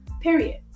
Period